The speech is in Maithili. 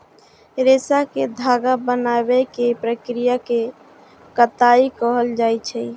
रेशा कें धागा बनाबै के प्रक्रिया कें कताइ कहल जाइ छै